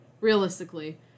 realistically